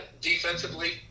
Defensively